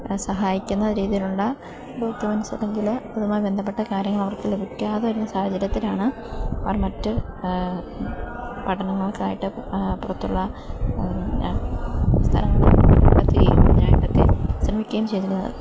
സഹായിക്കുന്ന രീതിയിലുള്ള ഡോക്യുമെൻറ്റ്സ് അല്ലെങ്കിൽ ഇതുമായി ബന്ധപ്പെട്ട കാര്യങ്ങൾ അവർക്ക് ലഭിക്കാതെ വരുന്ന സാഹചര്യത്തിലാണ് അവർ മറ്റ് പഠനങ്ങൾക്കായിട്ട് പുറത്തുള്ള പിന്നെ സ്ഥലങ്ങൾ ഇതിനായിട്ടൊക്കെ ശ്രമിക്കുകയും ചെയ്തിരുന്നത്